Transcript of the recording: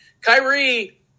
Kyrie